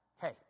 Hey